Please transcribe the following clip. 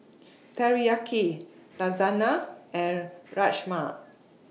Teriyaki Lasagna and Rajma